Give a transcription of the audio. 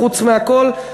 חוץ מהכול,